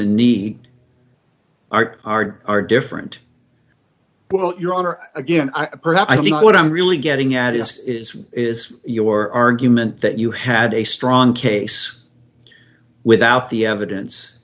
need are are are different well your honor again i perhaps i think what i'm really getting at is is is your argument that you had a strong case without the evidence